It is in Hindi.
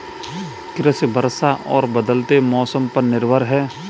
कृषि वर्षा और बदलते मौसम पर निर्भर है